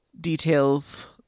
details